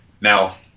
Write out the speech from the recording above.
Now